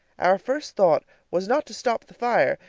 our first thought was not to stop the fire,